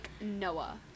noah